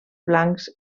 blancs